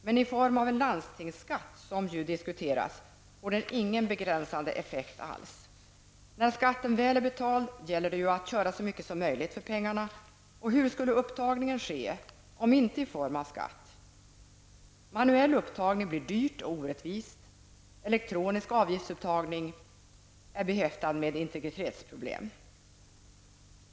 Men i form av en landstingsskatt, som ju diskuterats, får den ingen begränsande effekt alls. När ''skatten'' väl är betald gäller det ju att köra så mycket som möjligt för pengarna. Och hur skulle upptagningen ske om inte i form av en skatt? Manuell upptagning blir dyrt och orättvist. Elektronisk avgiftsupptagning är behäftad med integritetsproblem.